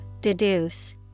deduce